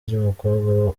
ry’umukobwa